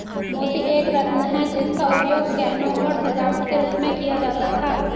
मोती एक रत्न है जिसका उपयोग गहनों और सजावट के रूप में किया जाता था